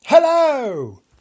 Hello